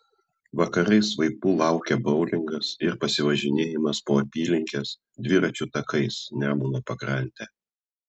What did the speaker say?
vakarais vaikų laukia boulingas ir pasivažinėjimas po apylinkes dviračių takais nemuno pakrante